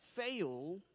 fail